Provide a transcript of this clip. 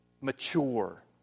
mature